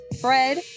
Fred